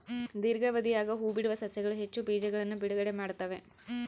ದೀರ್ಘಾವಧಿಯಾಗ ಹೂಬಿಡುವ ಸಸ್ಯಗಳು ಹೆಚ್ಚು ಬೀಜಗಳನ್ನು ಬಿಡುಗಡೆ ಮಾಡ್ತ್ತವೆ